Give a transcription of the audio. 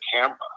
camera